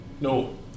No